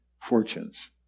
fortunes